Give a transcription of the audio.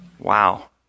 Wow